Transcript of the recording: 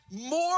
more